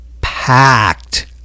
packed